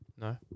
No